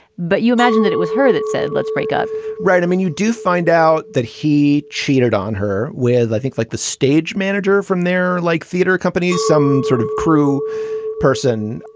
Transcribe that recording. but you imagine that it was her that said, let's break up right. i mean, you do find out that he cheated on her. where i think like the stage manager from there, like theater companies, some sort of crew person,